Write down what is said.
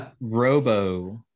robo